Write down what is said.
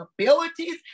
abilities